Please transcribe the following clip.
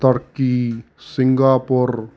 ਤਰਕੀ Singapore